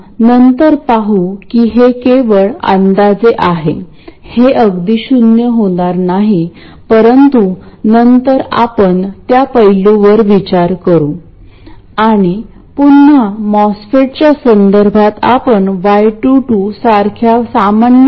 हे नक्की कशा प्रकारे करावे हे शोधण्यासाठी नेहमीप्रमाणे मी तुम्हाला स्टेप मध्ये विचार करण्यास प्रोत्साहित करेन आणि हे मजेदार आहे आपण अशाच प्रकारे सर्किट्स शोधतो